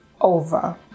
over